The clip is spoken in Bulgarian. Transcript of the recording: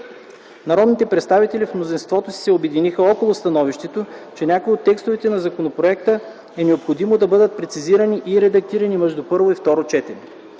Народните представители в мнозинството си се обединиха около становището, че някои от текстовете на законопроекта е необходимо да бъдат прецизирани и редактирани между първо и второ четене.